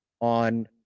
on